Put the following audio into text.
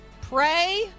Pray